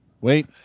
Wait